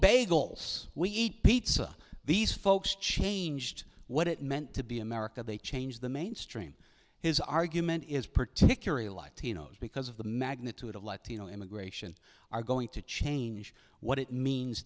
bagels we eat pizza these folks changed what it meant to be america they changed the mainstream his argument is particularly like tino's because of the magnitude of latino immigration are going to change what it means